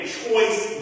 choice